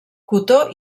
cotó